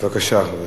בבקשה, גברתי.